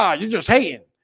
yeah you just hate it.